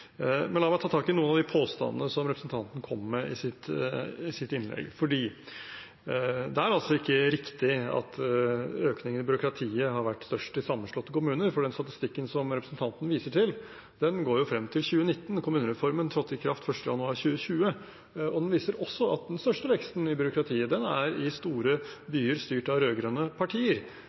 Men la meg ta tak i noen av de påstandene som representanten kommer med i sitt innlegg. Det er ikke riktig at økningen i byråkratiet har vært størst i sammenslåtte kommuner, for den statistikken som representanten viser til, går frem til 2019. Kommunereformen trådte i kraft 1. januar 2020. Den viser også at den største veksten i byråkratiet er i store byer styrt av rød-grønne partier.